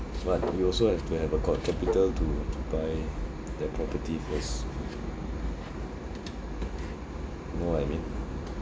but we also have to have uh got capital to to buy that property first you know what I mean